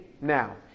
now